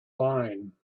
line